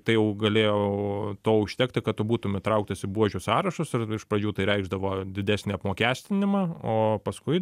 tai jau galėjo to užtekti kad tu būtum įtrauktas į buožių sąrašus ir iš pradžių tai reikšdavo didesnį apmokestinimą o paskui